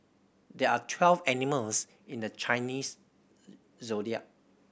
there are twelve animals in the Chinese Zodiac